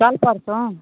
कल परसों